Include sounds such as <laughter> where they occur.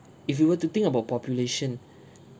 if we were to think about population <breath>